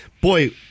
boy